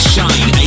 Shine